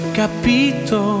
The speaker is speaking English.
capito